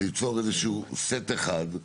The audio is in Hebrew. אז ליצור איזה שהוא סט אחד.